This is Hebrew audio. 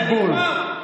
חבר הכנסת אבוטבול.